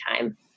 time